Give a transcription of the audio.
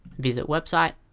visit website